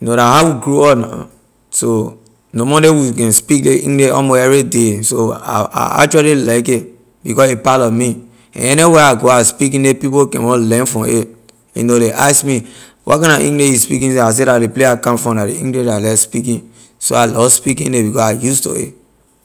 know la how we grew up na so normally we can speak ley english almost everyday so I i I actually like it because a part of me and anywhere I go I speaking it people can want learn from it you know ley ask me where kind na english you speaking I say la ley place I come from la ley english I like speaking so I love speaking it because I use to it.